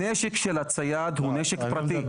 הנשק של הצייד הוא נשק פרטי.